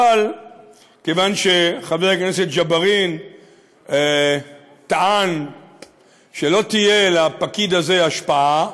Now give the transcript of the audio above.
אבל כיוון שחבר הכנסת ג'בארין טען שלא תהיה לפקיד הזה השפעה,